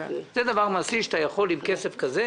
זה דבר מעשי שאתה יכול עם כסף כזה,